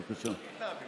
בבקשה.